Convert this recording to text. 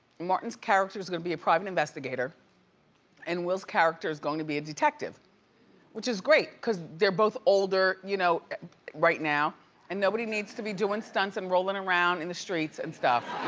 martin's character's gonna be a private investigator and will's character's gonna be a detective which is great cause they're both older you know right now and nobody needs to be doing stunts and rolling around in the streets and stuff.